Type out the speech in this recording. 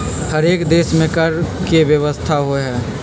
हरेक देश में कर के व्यवस्था होइ छइ